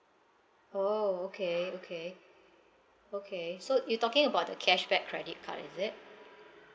oh okay okay okay so you talking about the cashback credit card is it